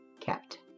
kept